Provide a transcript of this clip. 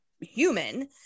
human